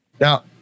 Now